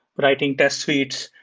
writing test suites.